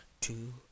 two